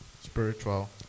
Spiritual